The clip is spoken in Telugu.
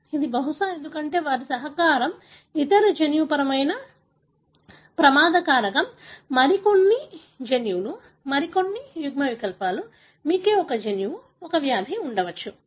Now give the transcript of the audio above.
ఇది బహుశా ఎందుకంటే వారికి సహకారం ఇతర జన్యుపరమైన ప్రమాద కారకం మరికొన్ని జన్యువులు మరికొన్ని యుగ్మ వికల్పాలు మీకు ఒకే జన్యువు ఒకే వ్యాధి ఉండవచ్చు సరియైనదా